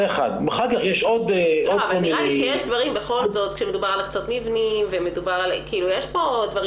אחר כך יש עוד כל מיני --- נראה לי שיש דברים